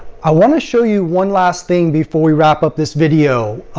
i want to show you one last thing before we wrap up this video.